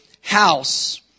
house